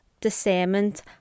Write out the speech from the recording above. discernment